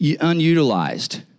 unutilized